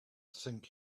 think